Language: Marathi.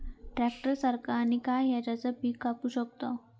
ट्रॅक्टर सारखा आणि काय हा ज्याने पीका कापू शकताव?